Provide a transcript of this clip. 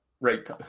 right